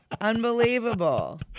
Unbelievable